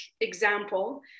example